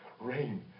rain